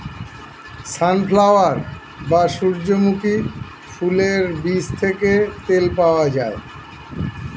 sunflower বা সূর্যমুখী ফুলের বীজ থেকে তেল পাওয়া যায়